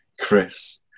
Chris